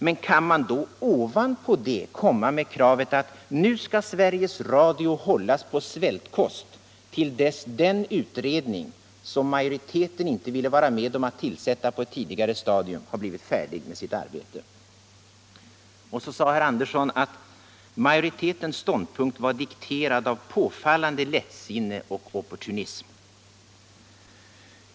Men kan man då ovanpå detta komma med kravet att Sveriges Radio skall hållas på svältkost till dess att den utredning som majoriteten inte ville vara med om att på ett tidigare stadium tillsätta blivit färdig med sitt arbete? Herr Andersson ansåg att majoritetens ståndpunkt var dikterad av påfallande lättsinne och opportunism.